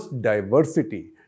diversity